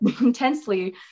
intensely